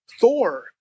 Thor